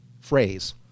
phrase